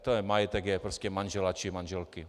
Ten majetek je prostě manžela či manželky.